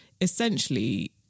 essentially